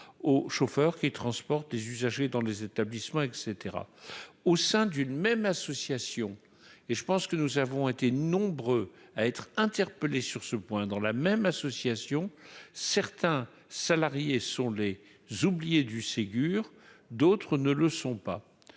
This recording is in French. aux chauffeurs qui transportent les usagers dans les établissements, et caetera au sein d'une même association et je pense que nous avons été nombreux à être interpellé sur ce point dans la même association certains salariés sont les Z'oubliées du Ségur, d'autres ne le sont pas,